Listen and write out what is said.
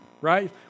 right